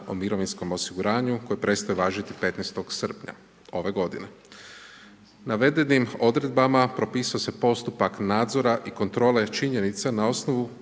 o mirovinskom osiguranju koji prestaje važiti 15. srpnja ove godine. Navedenim odredbama propisuje se postupak nadzora i kontrole činjenica na osnovu